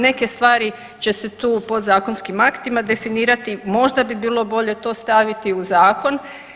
Neke stvari će se tu podzakonskim aktima definirati, možda bi bilo bolje to staviti u zakon.